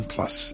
Plus